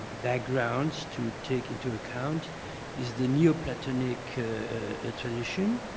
backgrounds to take into account is the new platonic ah tradition,